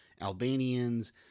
Albanians